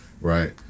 Right